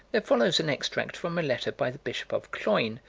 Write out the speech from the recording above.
there follows an extract from a letter by the bishop of cloyne,